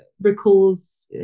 recalls